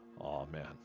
amen